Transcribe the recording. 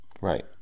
Right